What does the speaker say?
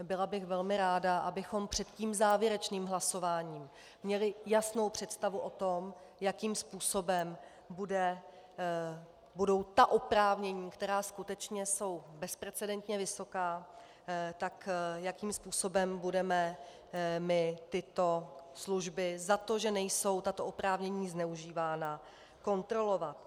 Byla bych velmi ráda, abychom před závěrečným hlasováním měli jasnou představu o tom, jakým způsobem budou ta oprávnění, která jsou skutečně bezprecedentně vysoká, jakým způsobem budeme my tyto služby za to, že nejsou tato oprávnění zneužívána, kontrolovat.